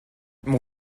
mon